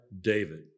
David